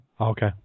Okay